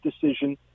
decision